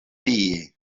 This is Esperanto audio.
tie